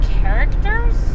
characters